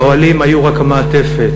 האוהלים היו רק המעטפת.